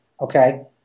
okay